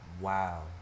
Wow